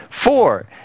Four